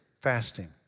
Fasting